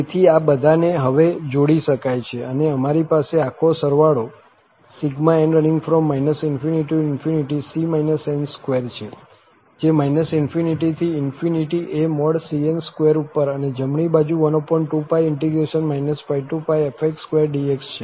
તેથી આ બધાને હવે જોડી શકાય છે અને અમારી પાસે આખો સરવાળો ∑n ∞ c n2છે જે ∞ થી ∞ એ cn2 ઉપર અને જમણી બાજુ 12π πfx2dx છે